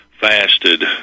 fasted